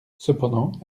cependant